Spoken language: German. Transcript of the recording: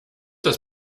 das